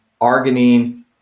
arginine